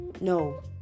no